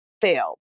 fail